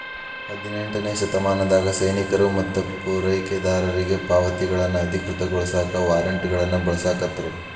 ಹದಿನೆಂಟನೇ ಶತಮಾನದಾಗ ಸೈನಿಕರು ಮತ್ತ ಪೂರೈಕೆದಾರರಿಗಿ ಪಾವತಿಗಳನ್ನ ಅಧಿಕೃತಗೊಳಸಾಕ ವಾರ್ರೆಂಟ್ಗಳನ್ನ ಬಳಸಾಕತ್ರು